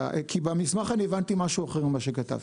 כי במסמך אני הבנתי משהו אחר, ממה שכתבת.